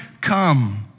come